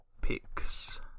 picks